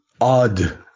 odd